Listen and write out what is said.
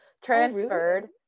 transferred